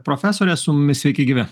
profesorė su mumis sveiki gyvi